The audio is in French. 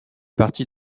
partie